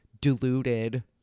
diluted